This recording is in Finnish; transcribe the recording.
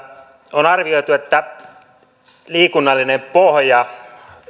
on arvioitu että liikunnallinen pohja